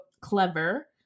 clever